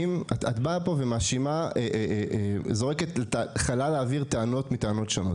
את באה לכאן וזורקת לחלל האוויר טענות מטענות שונות.